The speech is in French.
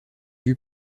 vue